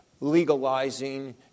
legalizing